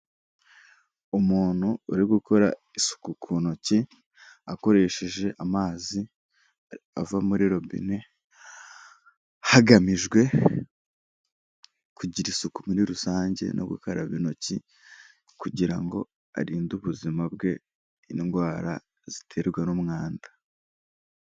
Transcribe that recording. Umuntu uri gukora isuku ku ntoki akoresheje amazi ava muri robine, hagamijwe kugira isuku muri rusange no gukaraba intoki kugira ngo arinde ubuzima bwe indwara ziterwa n'umwanda.